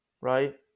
right